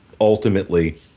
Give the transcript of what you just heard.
ultimately